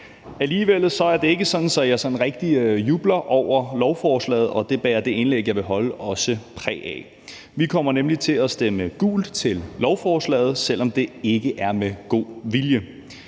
Alligevel er det ikke sådan, at jeg rigtig jubler over lovforslaget, og det bærer det indlæg, jeg vil holde, også præg af. Vi kommer nemlig til at stemme gult til lovforslaget, selv om det ikke er med god vilje.